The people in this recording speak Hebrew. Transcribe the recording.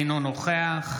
אינו נוכח